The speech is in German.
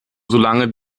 solange